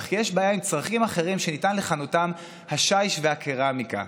אך יש בעיה עם צרכים אחרים שניתן לכנותם 'השיש והקרמיקה'.